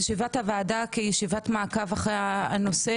ישיבת הוועדה כישיבת מעקב אחרי הנושא,